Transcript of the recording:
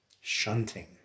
Shunting